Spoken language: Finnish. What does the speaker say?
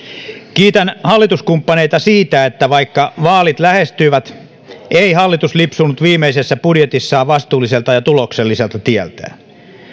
kiitän hallituskumppaneita siitä että vaikka vaalit lähestyvät ei hallitus lipsunut viimeisessä budjetissaan vastuulliselta ja tulokselliselta tieltään